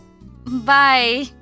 Bye